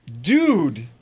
Dude